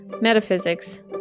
metaphysics